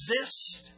exist